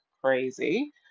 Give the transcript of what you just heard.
crazy